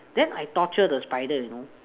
then I torture the spider you know